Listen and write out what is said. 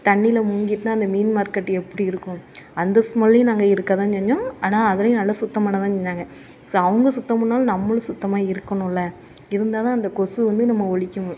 தண்ணியில் மூங்கியிருக்குன்னா அந்த மீன் மார்க்கெட் எப்படி இருக்கும் அந்த ஸ்மெல்லேயும் நாங்கள் இருக்க தான் செஞ்சோம் ஆனால் அதுலேயும் நல்லா சுத்தம் பண்ண தான் செஞ்சாங்க ஸோ அவங்க சுத்தம் பண்ணாலும் நம்மளும் சுத்தமாக இருக்கணுமில்ல இருந்தால் தான் அந்த கொசு வந்து நம்ம ஒழிக்க